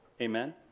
Amen